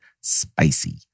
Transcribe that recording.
spicy